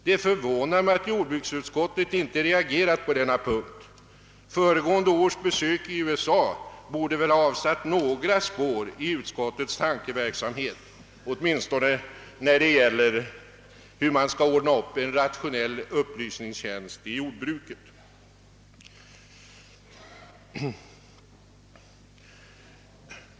Det förvånar mig att jordbruksutskottet inte har reagerat på denna punkt, Föregående års besök i USA borde väl ha avsatt några spår i utskottets tankeverksamhet, åtminstone när det gäller hur man skall ordna en rationell upplysningstjänst inom jordbruket.